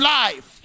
life